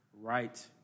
right